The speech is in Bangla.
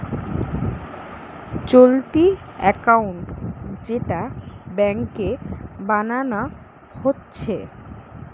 চলতি একাউন্ট যেটা ব্যাংকে বানানা হচ্ছে